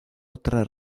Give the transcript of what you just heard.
otra